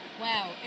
Wow